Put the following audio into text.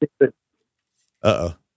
Uh-oh